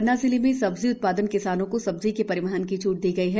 पन्ना जिले में सब्जी उत्पादन किसानों को सब्जी के परिवहन की छूट दी गई है